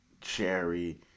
cherry